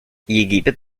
египет